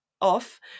off